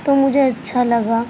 تو مجھے اچھا لگا